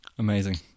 Amazing